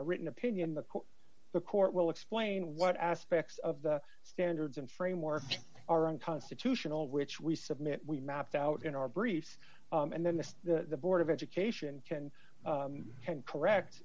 a written opinion the court the court will explain what aspects of the standards and framework are unconstitutional which we submit we mapped out in our briefs and then the the board of education can and correct